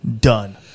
done